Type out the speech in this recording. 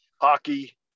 hockey